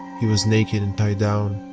he was naked and tied down,